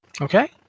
Okay